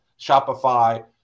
Shopify